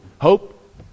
hope